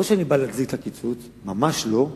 לא שאני בא להצדיק את הקיצוץ, ממש לא.